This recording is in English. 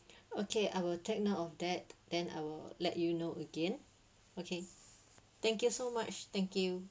okay I will take note of that then I will let you know again okay thank you so much thank you